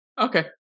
Okay